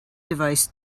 device